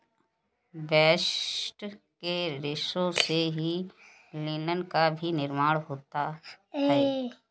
bast के रेशों से ही लिनन का भी निर्माण होता है